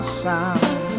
sound